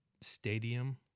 stadium